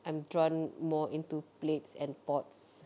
I'm drawn more into plates and pots